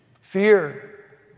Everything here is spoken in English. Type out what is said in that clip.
fear